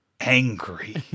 angry